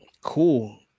Cool